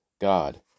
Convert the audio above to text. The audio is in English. God